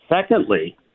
Secondly